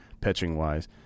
pitching-wise